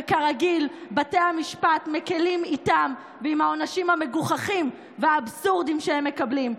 וכרגיל בתי המשפט מקילים איתם בעונשים המגוחכים והאבסורדיים שהם מקבלים.